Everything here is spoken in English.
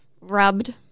rubbed